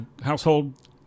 household